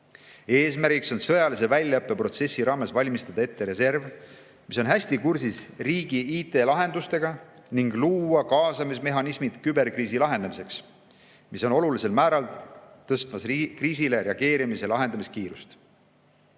Eesmärk on sõjalise väljaõppeprotsessi raames valmistada ette reserv, kes on hästi kursis riigi IT-lahendustega, ning luua kaasamismehhanismid küberkriisi lahendamiseks, mis on olulisel määral tõstmas kriisile reageerimise ja selle lahendamise kiirust.